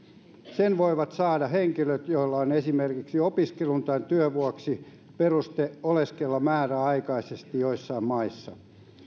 sen voivat saada henkilöt joilla on esimerkiksi opiskelun tai työn vuoksi peruste oleskella määräaikaisesti joissain maissa